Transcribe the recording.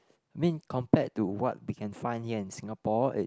I mean compared to what we can find here in Singapore it